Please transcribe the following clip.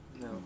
No